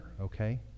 Okay